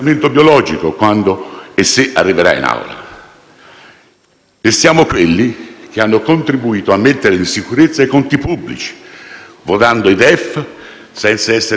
Siamo quelli che hanno contribuito a mettere in sicurezza i conti pubblici, votando i DEF senza essere in maggioranza, "Ministri senza portafoglio".